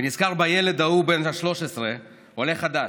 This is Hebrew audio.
ונזכר בילד ההוא בן ה-13, עולה חדש,